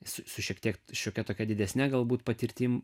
su šiek tiek šiokia tokia didesne galbūt patirtim